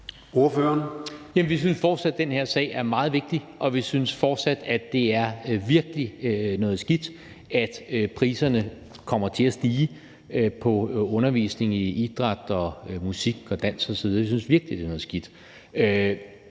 Vi synes fortsat, at den her sag er meget vigtig, og vi synes fortsat, at det virkelig er noget skidt, at priserne kommer til at stige på undervisning i idræt og musik og dans osv. Vi synes virkelig, det er noget skidt.